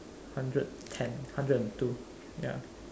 hundred ten hundred and two ya